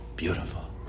Beautiful